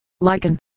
Lichen